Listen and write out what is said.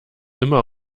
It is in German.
immer